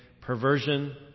perversion